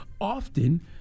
often